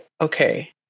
okay